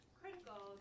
critical